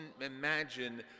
imagine